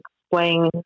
explain –